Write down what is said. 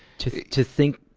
to to think